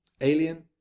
alien